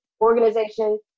organization